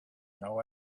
know